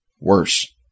worse